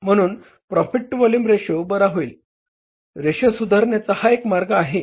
म्ह्णून profit to volume ratio बरा होईल रेशोसुधारण्याचा हा एक मार्ग आहे